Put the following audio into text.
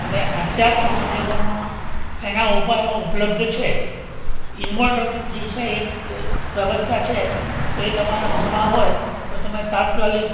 હવે અત્યારના સંજોગોમાં એના ઉપાયો ઉપલબ્ધ છે ઈન્વર્ટર જે છે એક વ્યવસ્થા છે તો એ તમારા ઘરમાં હોય તો તમે તાત્કાલિક